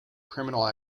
criminal